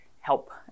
help